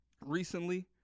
recently